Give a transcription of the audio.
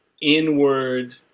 inward